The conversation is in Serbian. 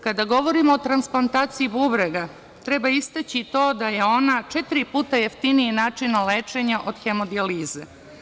Kada govorimo o transplantaciji bubrega treba istaći to da je ona četiri puta jeftiniji način lečenja od hemodijalize.